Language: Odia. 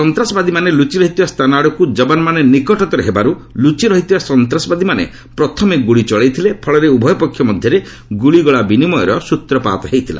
ସନ୍ତାସବାଦୀମାନେ ଲୁଚି ରହିଥିବା ସ୍ଥାନ ଆଡ଼କୁ ଯବାନମାନେ ନିକଟତର ହେବାରୁ ଲୁଚି ରହିଥିବା ସନ୍ତାସବାଦୀମାନେ ଗୁଳି ଚଳାଇଥିଲେ ଫଳରେ ଉଭୟ ପକ୍ଷ ମଧ୍ୟରେ ଗୁଳିଗୋଳା ବିନିମୟର ସ୍ତ୍ରପାତ ହୋଇଥିଲା